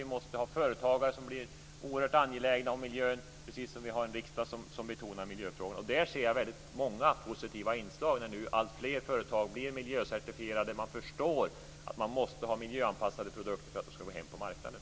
Vi måste ha företagare som blir oerhört angelägna om miljön, precis som vi har en riksdag som betonar miljöfrågorna. Där ser jag väldigt många positiva inslag när nu alltfler företag blir miljöcertifierade. Man förstår att man måste ha miljöanpassade produkter för att gå hem på marknaden.